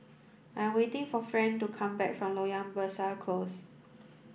I am waiting for Friend to come back from Loyang Besar Close